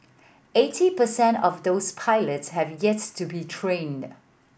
eighty per cent of those pilots have yet to be trained